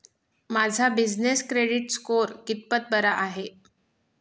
माझा business credit score कितपत बरा आहे?